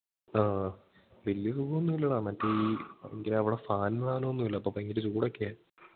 ആ വലിയ സുഖം ഒന്നുമില്ലടാ മറ്റേ ഈ എങ്കിൽ അവിടെ ഫാനും സാധനം ഒന്നുമില്ല അപ്പോൾ ഭയങ്കര ചൂടൊക്കെയാണ്